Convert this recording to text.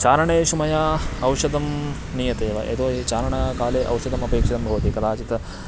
चारणेषु मया औषधं नीयते वा यतो हि चारणकाले औषधम् अपेक्षितं भवति कदाचित्